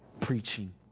preaching